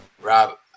Rob